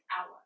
hour